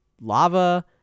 lava